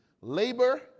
Labor